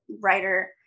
writer